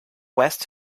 west